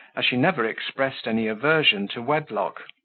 as she never expressed any aversion to wedlock